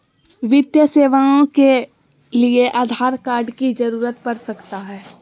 वित्तीय सेवाओं के लिए आधार कार्ड की जरूरत पड़ सकता है?